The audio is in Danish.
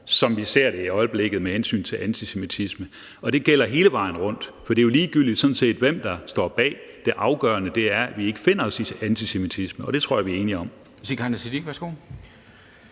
som vi ser i øjeblikket, med hensyn til antisemitisme. Det gælder hele vejen rundt. For det er jo sådan set ligegyldigt, hvem der står bag. Det afgørende er, at vi ikke finder os i antisemitisme, og det tror jeg vi er enige om. Kl. 13:32 Formanden